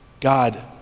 God